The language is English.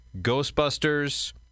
Ghostbusters